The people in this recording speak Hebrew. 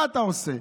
מה אתה עושה?